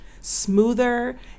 smoother